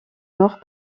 nord